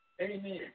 Amen